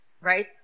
right